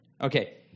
Okay